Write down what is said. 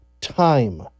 time